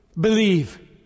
believe